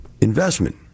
investment